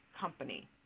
company